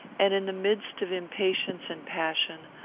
and, in the midst of impatience and passion,